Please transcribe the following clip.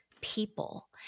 people